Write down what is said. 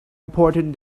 important